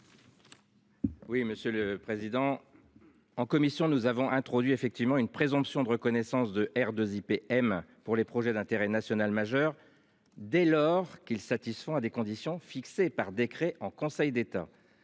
Oui, monsieur le président. En commission, nous avons introduit effectivement une présomption de reconnaissance de R de zipper M pour les projets d'intérêt national majeur dès lors qu'ils satisfont à des conditions fixées par décret en Conseil d'État.